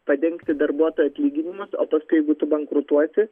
padengti darbuotojų atlyginimus o paskui jeigu tu bankrutuosi